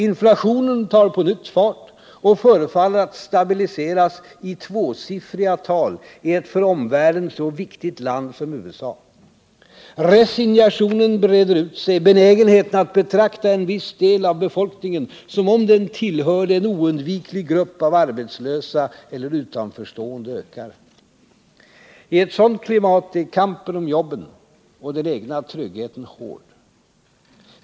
Inflationen tar på nytt fart och förefaller att stabiliseras i tvåsiffriga tal i ett för omvärlden så viktigt land som USA. Resignationen breder ut sig, benägenheten att betrakta en viss del av befolkningen som om den tillhörde en oundviklig grupp av arbetslösa eller I ett sådant klimat är kampen om jobben och den egna tryggheten hård.